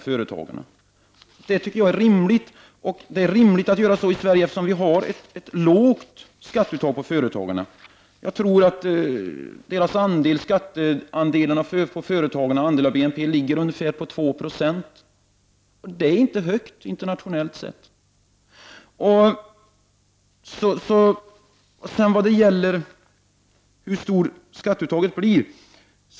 Det är rimligt att göra så även i Sverige, eftersom vi har ett lågt skatteuttag på företagen. Jag tror att företagens skatteandel av BNP ligger på ungefär 2 90. Det är inte någon hög beskattning internationellt sett. Så till frågan om hur högt skatteuttaget blir.